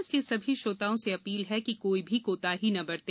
इसलिए समी श्रोताओं से अपील है कि कोई भी कोताही न बरते